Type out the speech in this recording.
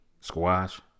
Squash